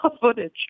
footage